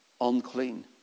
Unclean